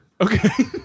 Okay